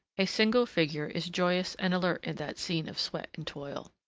a single figure is joyous and alert in that scene of sweat and toil.